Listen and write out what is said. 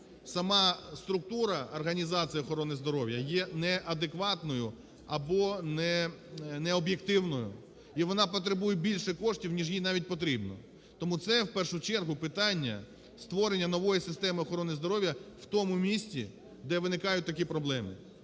сама структура організації охорони здоров'я є не адекватною або не об'єктивною і вона потребує більше коштів, ніж її навіть потрібно. Тому це, в першу чергу, питання створення нової системи охорони здоров'я в тому місці, де виникають такі проблеми.